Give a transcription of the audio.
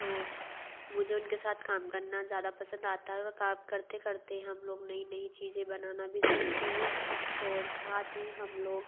तो मुझे उनके साथ काम करना ज़्यादा पसंद आता है और काम करते करते हम लोग नई नई चीज़ें बनाना भी सीखते हैं ओर साथ ही हम लोग